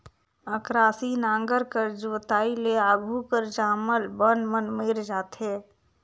अकरासी नांगर कर जोताई ले आघु कर जामल बन मन मइर जाथे